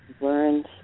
learned